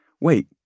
wait